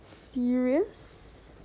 serious